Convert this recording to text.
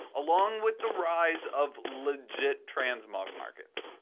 along with the rise of legit transmog markets.